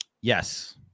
yes